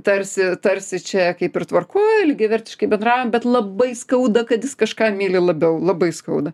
tarsi tarsi čia kaip ir tvarkoj lygiavertiškai bendraujam bet labai skauda kad jis kažką myli labiau labai skauda